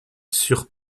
sur